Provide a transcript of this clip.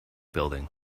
building